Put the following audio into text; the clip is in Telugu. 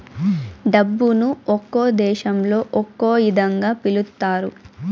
డబ్బును ఒక్కో దేశంలో ఒక్కో ఇదంగా పిలుత్తారు